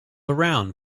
around